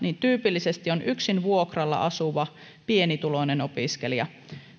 tyypillisesti on yksin vuokralla asuva pienituloinen opiskelija